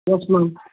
yes ma'am